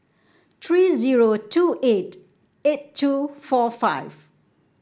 three zero two eight eight two four five